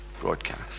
Broadcast